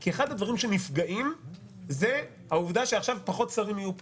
כי אחד הדברים שנפגעים זה העובדה שעכשיו פחות שרים יהיו פה,